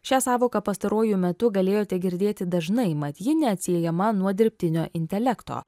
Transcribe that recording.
šią sąvoką pastaruoju metu galėjote girdėti dažnai mat ji neatsiejama nuo dirbtinio intelekto